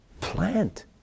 plant